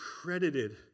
credited